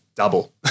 double